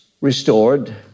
restored